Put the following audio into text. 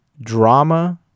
drama